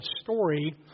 story